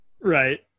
right